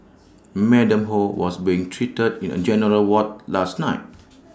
Madam ho was being treated in A general ward last night